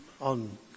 on